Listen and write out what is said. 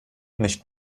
nicht